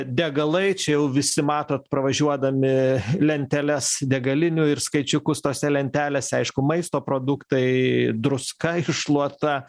degalai čia jau visi matot pravažiuodami lenteles degalinių ir skaičiukus tose lentelėse aišku maisto produktai druska iššluota